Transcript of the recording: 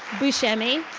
bushemi.